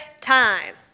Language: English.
time